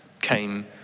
came